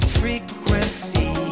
frequency